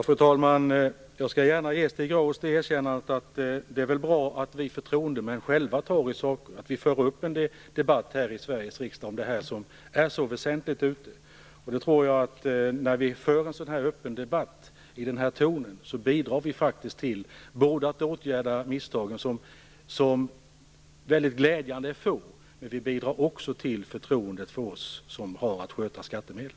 Fru talman! Jag skall gärna ge Stig Grauers det erkännandet att det är bra att vi förtroendemän själva tar tag i saker och för en öppen debatt här i Sveriges riksdag om det som är så väsentligt ute i landet. När vi för en sådan öppen debatt i denna ton bidrar vi faktiskt både till att åtgärda de misstag, som väldigt glädjande är få, och till förtroendet för oss som har att sköta skattemedel.